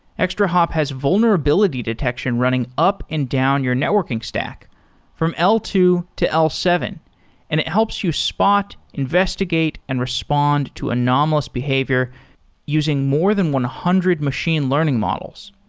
extrahop has vulnerability detection running up and down your networking stock from l two to l seven and it helps you spot, investigate and respond to anomalous behavior using more than one hundred machine learning models.